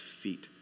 feet